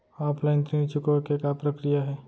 Offline ऋण चुकोय के का प्रक्रिया हे?